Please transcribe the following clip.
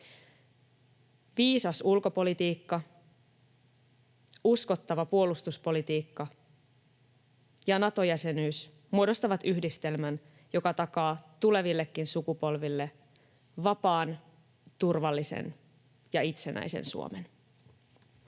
Viisas ulkopolitiikka, uskottava puolustuspolitiikka ja Nato-jäsenyys muodostavat yhdistelmän, joka takaa tulevillekin sukupolville vapaan, turvallisen ja itsenäisen Suomen.